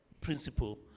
principle